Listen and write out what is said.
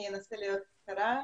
אני אנסה להיות קצרה.